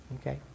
Okay